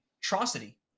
atrocity